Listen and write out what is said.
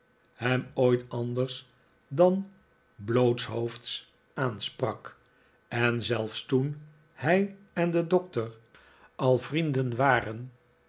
hem ooit anders dan blootshoofds aansprak en zelfs toen hij en de doctor al vrienden waren